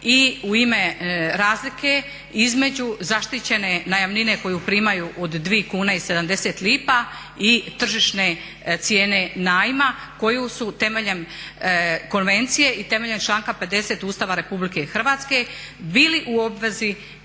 i u ime razlike između zaštićene najamnine koju primaju od 2 kune i 70 lipa i tržišne cijene najma koju su temeljem konvencije i temeljem članka 50. Ustava Republike Hrvatske bili u obvezi